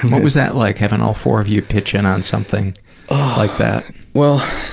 was that like having all four of you pitch in on something like that? well,